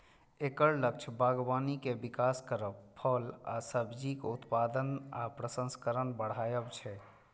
एकर लक्ष्य बागबानी के विकास करब, फल आ सब्जीक उत्पादन आ प्रसंस्करण बढ़ायब छै